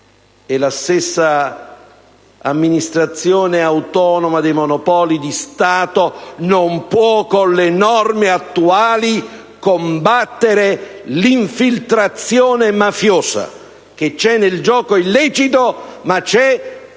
e la stessa Amministrazione autonoma dei monopoli di Stato non può, con le norme attuali, combattere l'infiltrazione mafiosa, che c'è nel gioco illecito ma c'è anche